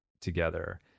together